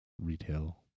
retail